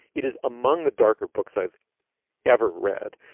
it is among the darker books i've ever read.